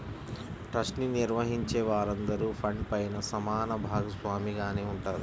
trust ని నిర్వహించే వారందరూ ఫండ్ పైన సమాన భాగస్వామిగానే ఉంటారు